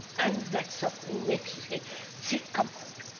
and that suffering makes you seek seek comfort,